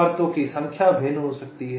परतों की संख्या भिन्न हो सकती है